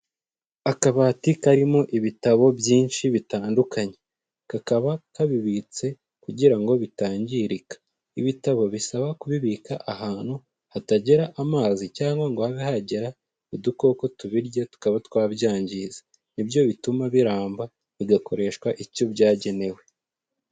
Akabati karimo ibitabo byinshi bitandukanye, kakaba kabibitse kugira ngo bitangirika, ibitabo bisaba kubibika ahantu hatagera amazi cyangwa ngo habe hagera udukoko tubirya tukaba twabyangiza, ni byo bituma biramba bigakoreshwa icyo byagenewe.